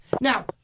Now